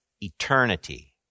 eternity